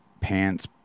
pants